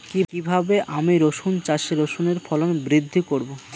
কীভাবে আমি রসুন চাষে রসুনের ফলন বৃদ্ধি করব?